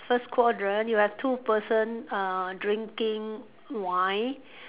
first quadrant you have two person uh drinking wine